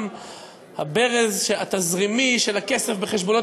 גם הברז התזרימי של הכסף בחשבונות